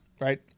Right